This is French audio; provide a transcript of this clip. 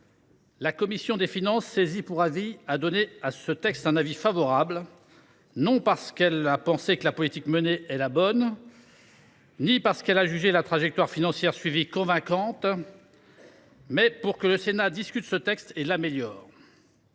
la commission des finances, saisie pour avis, a émis un avis favorable sur ce texte, non parce qu’elle a considéré que la politique menée est la bonne ni parce qu’elle a jugé la trajectoire financière suivie convaincante, mais pour que le Sénat discute de ce texte et l’améliore.